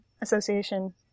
association